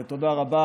תודה רבה.